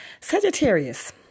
Sagittarius